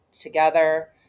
together